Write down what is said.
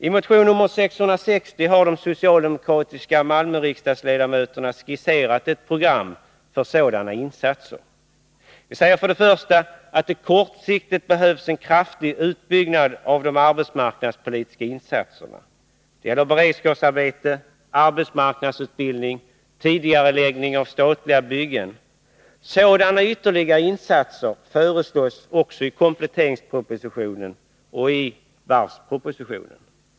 I motion nr 660 har de socialdemokratiska Malmöriksdagsledamöterna skisserat ett program för sådana insatser. Vi säger först och främst att det kortsiktigt behövs en kraftig utbyggnad av de arbetsmarknadspolitiska insatserna. Det gäller beredskapsarbeten, arbetsmarknadsutbildning, tidigareläggning av statliga byggen, m.m. Sådana ytterligare insatser föreslås också i kompletteringspropositionen och i varvspropositionen.